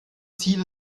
ziel